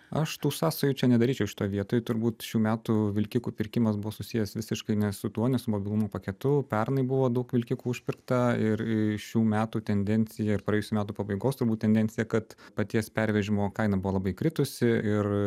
aš tų sąsajų čia nedaryčiau šitoj vietoj turbūt šių metų vilkikų pirkimas buvo susijęs visiškai ne su tuo ne su mobilumo paketu pernai buvo daug vilkikų užpirkta ir i šių metų tendencija ir praėjusių metų pabaigos turbūt tendencija kad paties pervežimo kaina buvo labai kritusi ir